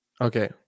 Okay